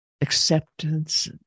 acceptance